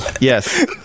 Yes